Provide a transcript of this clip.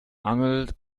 angelt